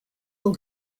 will